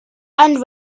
and